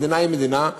המדינה היא מדינה,